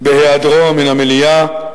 בהיעדרו מן המליאה.